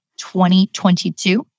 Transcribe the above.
2022